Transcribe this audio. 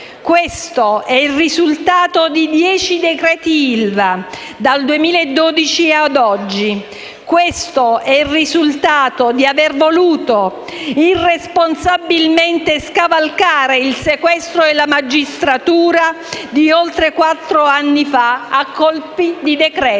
Questo è il risultato di dieci decreti ILVA, dal 2012 ad oggi; questo è il risultato di aver voluto irresponsabilmente scavalcare il sequestro della magistratura di oltre quattro anni fa, a colpi di decreto.